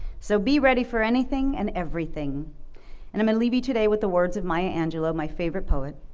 so be ready for anything and everything and i'm gonna leave you today with the words of maya angelou my favorite poet.